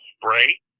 spray